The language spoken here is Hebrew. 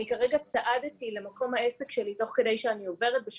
כרגע צעדתי למקום העסק שלי בדיוק כש